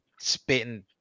spitting